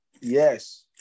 Yes